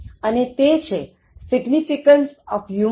અને તે છે Significance of Humour in Communication